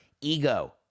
Ego